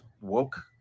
woke